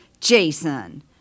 Jason